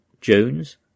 Jones